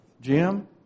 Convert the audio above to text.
Jim